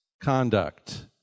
conduct